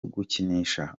gukinisha